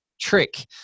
trick